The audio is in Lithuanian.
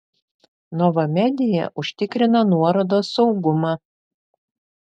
nova media užtikrina nuorodos saugumą